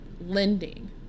lending